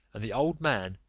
and the old man,